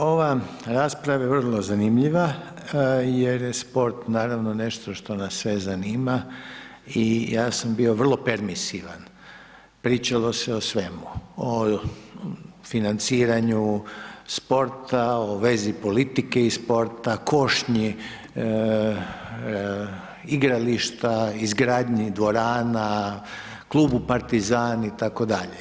Ova rasprava je vrlo zanimljiva jer je sport naravno nešto što nas sve zanima i ja sam bio vrlo permisivan, pričalo se o svemu, o financiranju sporta, o vezi politike i sporta, košnji igrališta, izgradnji dvorana, klubu partizani itd.